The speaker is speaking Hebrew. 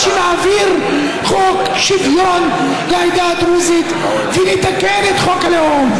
שנעביר חוק שוויון לעדה הדרוזית ונתקן את חוק הלאום.